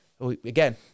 again